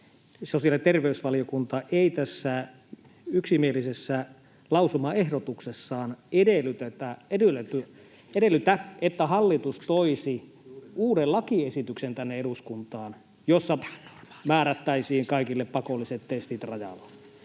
sosiaali- ja terveysvaliokunta ei tässä yksimielisessä lausumaehdotuksessaan edellytä, että hallitus toisi tänne eduskuntaan uuden lakiesityksen, jossa määrättäisiin kaikille pakolliset testit rajalla,